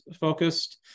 focused